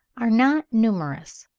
are not numerous,